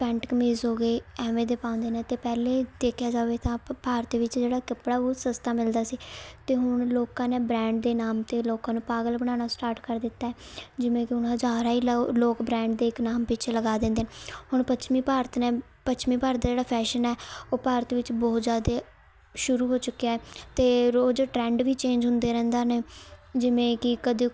pant ਕਮੀਜ਼ ਹੋ ਗਏ ਐਵੇਂ ਦੇ ਪਾਉਂਦੇ ਨੇ ਅਤੇ ਪਹਿਲੇ ਦੇਖਿਆ ਜਾਵੇ ਤਾਂ ਆਪਾਂ ਭਾਰਤ ਵਿੱਚ ਜਿਹੜਾ ਕੱਪੜਾ ਉਹ ਸਸਤਾ ਮਿਲਦਾ ਸੀ ਅਤੇ ਹੁਣ ਲੋਕਾਂ ਨੇ ਬ੍ਰਾਂਡ ਦੇ ਨਾਮ 'ਤੇ ਲੋਕਾਂ ਨੂੰ ਪਾਗਲ ਬਣਾਉਣਾ ਸਟਾਰਟ ਕਰ ਦਿੱਤਾ ਜਿਵੇਂ ਕਿ ਹੁਣ ਹਜ਼ਾਰਾਂ ਹੀ ਲੋਕ ਬ੍ਰੈਂਡ ਦੇ ਇੱਕ ਨਾਮ ਪਿੱਛੇ ਲਗਾ ਦਿੰਦੇ ਹੁਣ ਪੱਛਮੀ ਭਾਰਤ ਨੇ ਪੱਛਮੀ ਭਾਰਤ ਦਾ ਜਿਹੜਾ ਫੈਸ਼ਨ ਹੈ ਉਹ ਭਾਰਤ ਵਿੱਚ ਬਹੁਤ ਜ਼ਿਆਦਾ ਸ਼ੁਰੂ ਹੋ ਚੁੱਕਿਆ ਅਤੇ ਰੋਜ਼ ਟਰੈਂਡ ਵੀ ਚੇਂਜ ਹੁੰਦੇ ਰਹਿੰਦਾ ਨੇ ਜਿਵੇਂ ਕਿ ਕਦੇ